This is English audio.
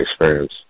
experience